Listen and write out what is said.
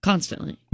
Constantly